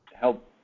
help